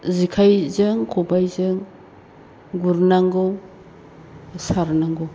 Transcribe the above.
जेखाइजों खबाइजों गुरनांगौ सारनांगौ